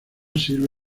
sirve